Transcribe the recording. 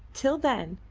till then,